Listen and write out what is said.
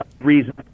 reason